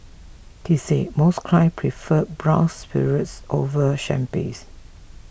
he say most clients prefer brown spirits over champagne